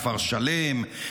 כפר שלם,